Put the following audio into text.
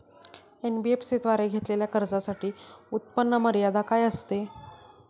NBFC द्वारे घेतलेल्या कर्जासाठी उत्पन्न मर्यादा काय असते?